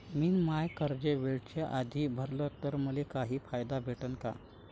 मिन माय कर्ज वेळेच्या आधी भरल तर मले काही फायदा भेटन का?